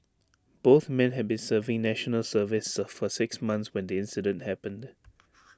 both men had been serving national services for six months when the incident happened